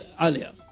earlier